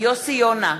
יוסי יונה,